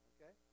Okay